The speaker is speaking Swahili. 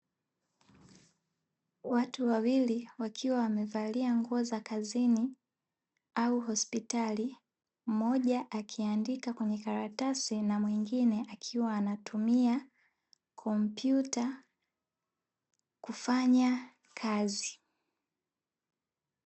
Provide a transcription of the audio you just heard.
Watu wawili wakiwa wamevalia nguo za kazini au hospitali, mmoja akiandika kwenye karatasi na mwingine akiwa anatumia kompyuta kufanya kazi.